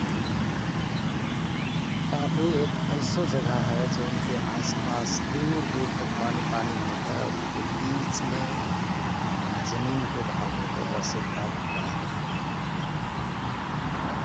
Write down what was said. टापु एक ऐसो जगहा हय जौन के आस पास दूर दूर तक पानी पानी होत हय और बोके बिचमे जमिनको भाग होत हय बोसे टापु कहत हयं ।